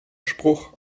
spruch